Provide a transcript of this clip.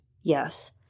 yes